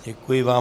Děkuji vám.